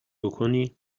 بکنی